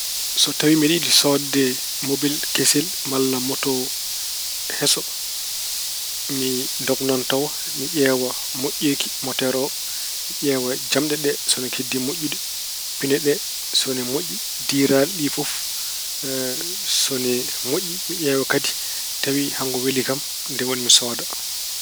So tawi mbeɗa yiɗi soodde mobel kesel malla moto heso, mi ndognan tawa. Mi ƴeewa moƴƴeeki moteer oo. Mi ƴeewa jamɗe ɗe so ina keddi moƴƴude, pine ɗe, so ine moƴƴi. Diiraali ɗi fof so ine moƴƴi. Mi ƴeewa kadi so ngo weli kam, ndeen woni mi sooda.